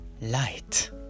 light